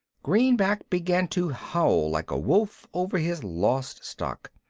greenback began to howl like a wolf over his lost stock.